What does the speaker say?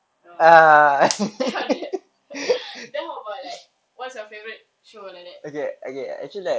you know that then how about like your favourite show like that